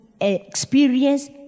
experience